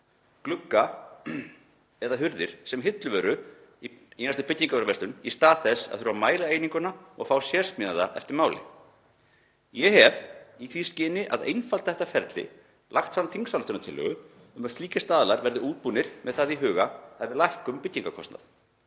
glugga eða hurðir sem hilluvöru í næstu byggingavöruverslun í stað þess að þurfa að mæla eininguna og fá sérsmíðað eftir máli. Ég hef, í því skyni að einfalda þetta ferli, lagt fram þingsályktunartillögu um að slíkir staðlar verða útbúnir með það í huga að lækka byggingarkostnað.